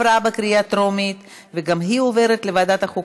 של חברת הכנסת עאידה תומא סלימאן וקבוצת חברי